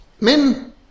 men